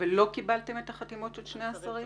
ולא קיבלתם את החתימות של שני השרים?